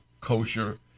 kosher